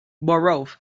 borough